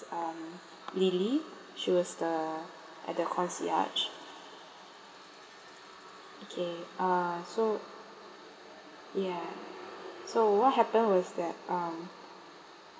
um lily she was the at the concierge okay uh so ya so what happened was that um